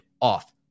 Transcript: off